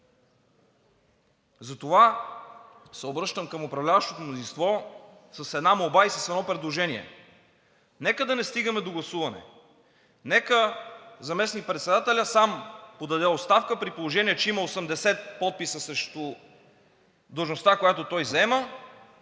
Затова се обръщам към управляващото мнозинство с една молба и с едно предложение. Нека да не стигаме до гласуване, нека заместник-председателят сам подаде оставка, при положение че има 80 подписа срещу длъжността, която той заема.